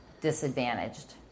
disadvantaged